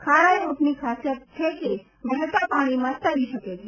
ખારાઈ ઊંટની ખાસિયત છે કે વહેતા પાણીમાં તરી શકે છે